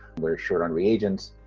we're short on reagents.